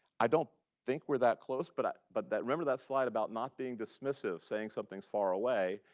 i don't think we're that close. but but that remember that flight about not being dismissive, saying something's far away?